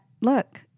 look